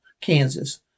Kansas